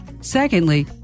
Secondly